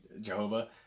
Jehovah